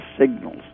signals